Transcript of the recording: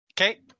Okay